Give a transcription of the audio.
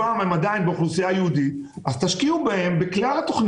בהן הוא האוכלוסייה היהודית אז צריך להשקיע בכלל העיר,